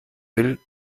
will